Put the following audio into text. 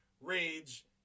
rage